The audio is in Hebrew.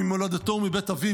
ממולדתו ומבית אביו.